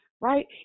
right